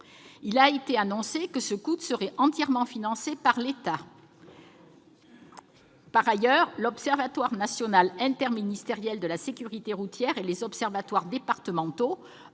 Il a été annoncé que ce coût serait entièrement pris en charge par l'État. Par ailleurs, l'Observatoire national interministériel de la sécurité routière et les observatoires départementaux